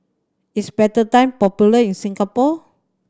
is Betadine popular in Singapore